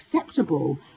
acceptable